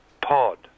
Pod